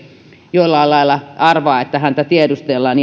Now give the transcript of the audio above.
jollain lailla arvaa että häntä tiedustellaan